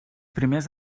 primers